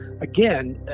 Again